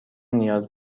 نیاز